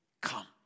Come